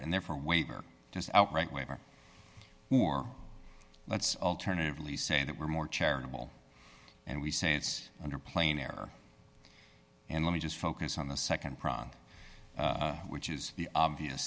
and therefore a waiver just outright waiver or let's alternatively say that we're more charitable and we say it's under plain error and let me just focus on the nd which is the obvious